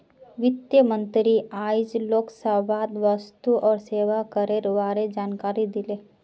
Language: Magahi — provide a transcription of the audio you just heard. वित्त मंत्री आइज लोकसभात वस्तु और सेवा करेर बारे जानकारी दिले